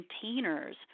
containers